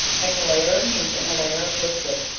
make a layer of meat, and a layer of biscuit,